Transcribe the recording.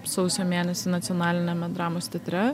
sausio mėnesį nacionaliniame dramos teatre